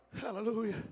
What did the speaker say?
Hallelujah